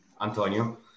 Antonio